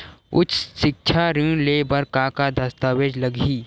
उच्च सिक्छा ऋण ले बर का का दस्तावेज लगही?